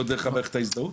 לא דרך מערכת ההזדהות?